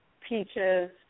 peaches